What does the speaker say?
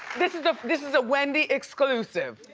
this is the, this is a wendy exclusive.